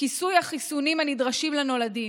כיסוי החיסונים הנדרשים לנולדים.